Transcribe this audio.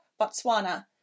Botswana